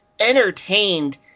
entertained